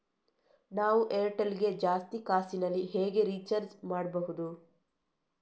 ನಾವು ಏರ್ಟೆಲ್ ಗೆ ಜಾಸ್ತಿ ಕಾಸಿನಲಿ ಹೇಗೆ ರಿಚಾರ್ಜ್ ಮಾಡ್ಬಾಹುದು?